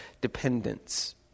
dependence